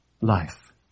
life